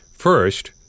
First